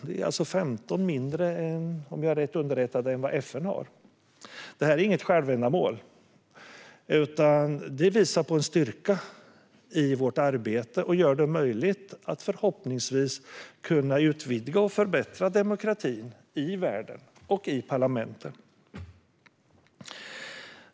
Det är alltså 15 mindre än FN har - om jag är rätt underrättad. Det är inget självändamål, utan det visar på en styrka i vårt arbete och gör det möjligt att förhoppningsvis utvidga och förbättra demokratin i världen och i parlamenten.